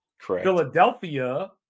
Philadelphia